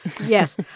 yes